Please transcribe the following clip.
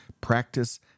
practice